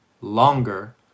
longer